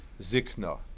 zikna